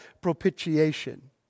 propitiation